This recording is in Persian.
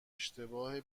اشتباه